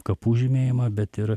kapų žymėjimą bet ir